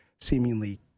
seemingly